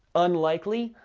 unlikely,